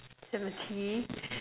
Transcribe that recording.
seventy